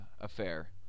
affair